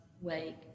wake